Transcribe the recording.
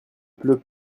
pleut